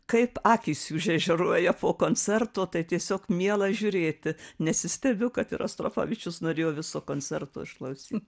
kaip akys jų žaižaruoja po koncerto tai tiesiog miela žiūrėti nesistebiu kad ir rostropovičius norėjo viso koncerto išklausyti